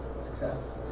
Success